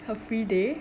her free day